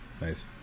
Nice